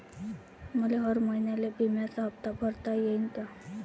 मले हर महिन्याले बिम्याचा हप्ता भरता येईन का?